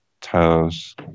toes